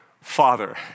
Father